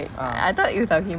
ah